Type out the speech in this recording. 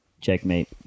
Checkmate